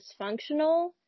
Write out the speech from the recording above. dysfunctional